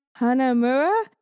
Hanamura